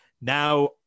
Now